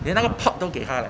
then 那个 pot 都给他了